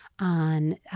on –